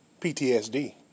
PTSD